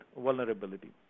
vulnerability